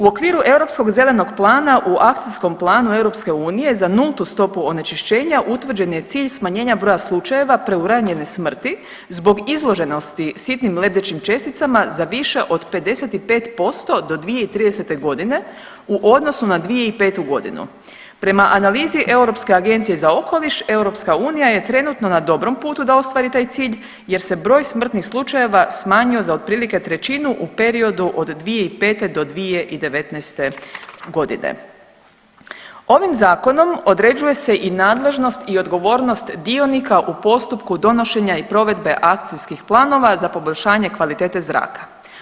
U okviru Europskog zelenog plana u Akcijskom planu EU za nultu stopu onečišćenja utvrđen je cilj smanjenja broja slučajeva preuranjene smrti zbog izloženosti sitnim lebdećim česticama za više od 55% do 2030.g. u odnosu na 2005., prema analizi Europske agencije za okoliš EU je trenutno na dobrom putu da ostvari taj cilj jer se broj smrtnih slučajeva smanjio za otprilike trećinu u periodu od 2005.-2019.g. Ovim zakonom određuje se i nadležnost i odgovornost dionika u postupku donošenja i provedbe akcijskih planova za poboljšanje kvalitete zraka.